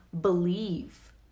believe